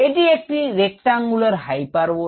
এটি একটি rectangular hyperbola